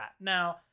Now